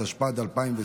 התשפ"ד 2023,